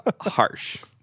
Harsh